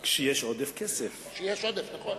כשיש עודף, נכון.